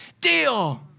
deal